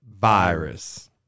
virus